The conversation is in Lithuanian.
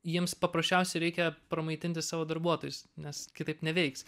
jiems paprasčiausiai reikia pramaitinti savo darbuotojus nes kitaip neveiks